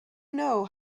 know